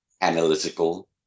analytical